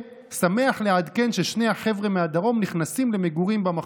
שמח לעדכן ששני החבר'ה מהדרום נכנסים למגורים במכון.